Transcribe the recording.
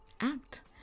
act